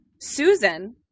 Susan